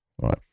Right